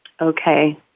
okay